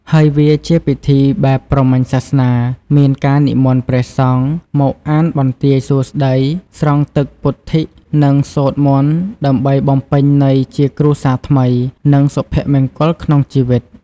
ហើយ វាជាពិធីបែបព្រហ្មញ្ញសាសនា មានការនិមន្តព្រះសង្ឃ មកអានបន្ទាយសួស្តី ស្រង់ទឹកពុទ្ធិ និងសូត្រមន្ត ដើម្បីបំពេញន័យជាគ្រួសារថ្មី និងសុភមង្គលក្នុងជីវិត។